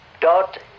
dot